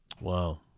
Wow